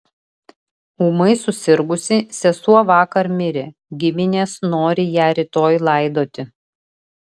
ūmai susirgusi sesuo vakar mirė giminės nori ją rytoj laidoti